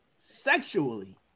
Sexually